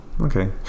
Okay